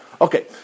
Okay